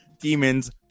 Demons